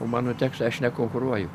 o mano tekstą aš nekonkuruoju